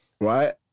right